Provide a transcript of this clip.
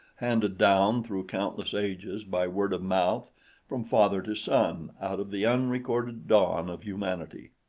handed down through countless ages by word of mouth from father to son out of the unrecorded dawn of humanity.